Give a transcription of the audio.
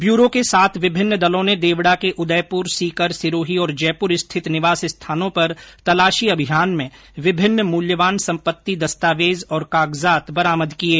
bureau के सात विभिन्न दलों ने देवडा के उदयपुर सीकर सिरोही और जयपुर स्थित निवास स्थानों पर तलाशी अभियान में विभिन्न मूल्यवान सम्पत्ति दस्तावेज और कागजात बरामद किये